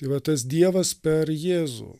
yra tas dievas per jėzų